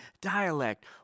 dialect